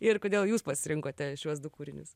ir kodėl jūs pasirinkote šiuos du kūrinius